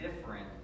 different